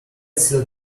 silk